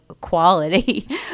quality